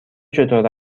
چطور